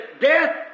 death